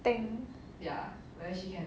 tank